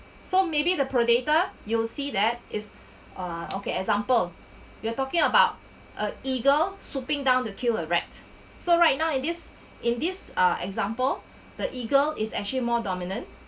so maybe the predator you'll see that is uh okay example you are talking about a eagle swooping down to kill the rat so right now in this in this ah example the eagle is actually more dominant